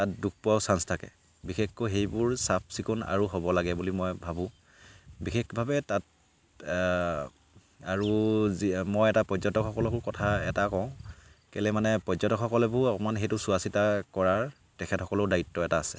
তাত দুখ পোৱাৰো চাঞ্চ থাকে বিশেষকৈ সেইবোৰ চাফ চিকুণ আৰু হ'ব লাগে বুলি মই ভাবোঁ বিশেষভাৱে তাত আৰু যি মই এটা পৰ্যটকসকলকো কথা এটা কওঁ কেলৈ মানে পৰ্যটকসকলেও অকণমান সেইটো চোৱা চিতা কৰাৰ তেখেতসকলৰ দায়িত্ব এটা আছে